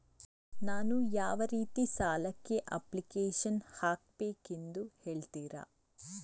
ನಾನು ಯಾವ ರೀತಿ ಸಾಲಕ್ಕೆ ಅಪ್ಲಿಕೇಶನ್ ಹಾಕಬೇಕೆಂದು ಹೇಳ್ತಿರಾ?